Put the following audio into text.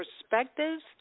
perspectives